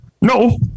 No